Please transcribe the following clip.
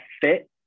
fit